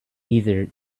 either